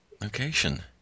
location